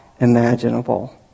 imaginable